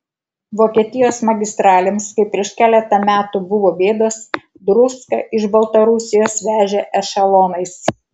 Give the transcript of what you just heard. vokietijos magistralėms kai prieš keletą metų buvo bėdos druską iš baltarusijos vežė ešelonais